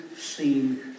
seen